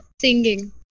Singing